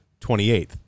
28th